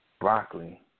broccoli